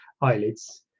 eyelids